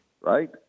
right